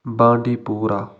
بانڈی پوٗرا